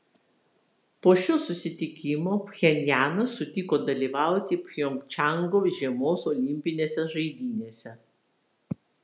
po šio susitikimo pchenjanas sutiko dalyvauti pjongčango žiemos olimpinėse žaidynėse